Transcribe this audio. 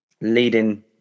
Leading